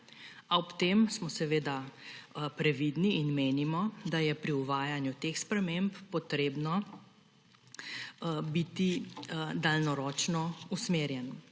ob tem smo previdni in menimo, da je pri uvajanju teh sprememb potrebno biti daljnoročno usmerjen,